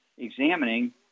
examining